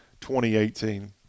2018